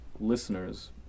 listeners